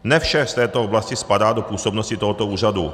Ne vše z této oblasti spadá do působnosti tohoto úřadu.